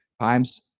times